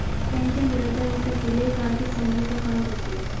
pension वृद्धावस्था के लिए एक आर्थिक संबल का काम करती है